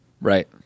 right